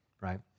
right